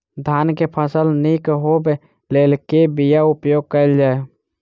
धान केँ फसल निक होब लेल केँ बीया उपयोग कैल जाय?